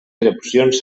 erupcions